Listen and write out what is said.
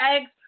eggs